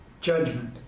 judgment